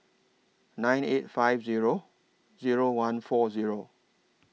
nine eight five Zero Zero one four Zero